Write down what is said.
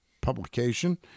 publication